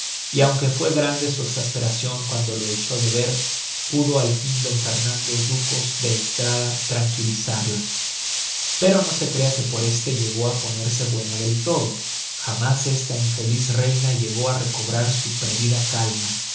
y aunque fue grande su exasperacion cuando lo echó de ver pudo al fin d fernando ducos de estrada tranquilizarla pero no se crea que por este llegó á ponerse buena del todo jamás esta infeliz reina llegó á recobrar su perdida calma